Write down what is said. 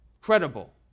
credible